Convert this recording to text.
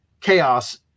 chaos